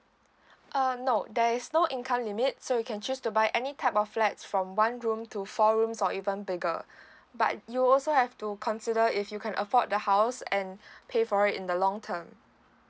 uh no there is no income limit so you can choose to buy any type of flats from one room to four rooms or even bigger but you also have to consider if you can afford the house and pay for it in the long term